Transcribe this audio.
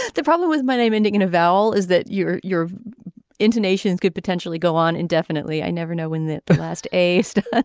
the problem with my name ending in a vowel is that your your intonations could potentially go on indefinitely. i never know when the the last a staffer. ah